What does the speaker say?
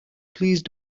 please